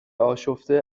آشفته